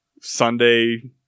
Sunday